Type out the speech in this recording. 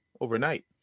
overnight